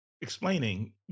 explaining